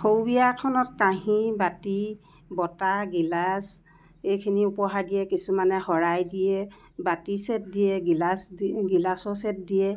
সৰু বিয়াখনত কাঁহি বাটি বঁটা গিলাচ এইখিনি উপহাৰ দিয়ে কিছুমানে শৰাই দিয়ে বাটি ছেট দিয়ে গিলাচ দি গিলাচৰ ছেট দিয়ে